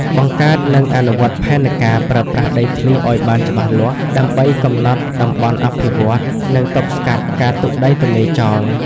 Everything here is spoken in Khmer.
បង្កើតនិងអនុវត្តផែនការប្រើប្រាស់ដីធ្លីឲ្យបានច្បាស់លាស់ ដើម្បីកំណត់តំបន់អភិវឌ្ឍន៍ និងទប់ស្កាត់ការទុកដីទំនេរចោល។